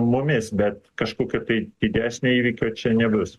mumis bet kažkokio tai didesnio įvykio čia nebus